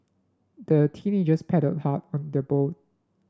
the teenagers paddled hard from their boat